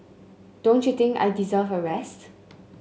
don't you think I deserve a rest